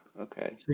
okay